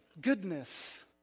goodness